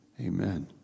Amen